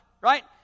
Right